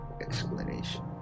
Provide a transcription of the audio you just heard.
explanation